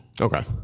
Okay